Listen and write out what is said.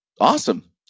awesome